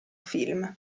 film